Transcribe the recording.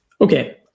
Okay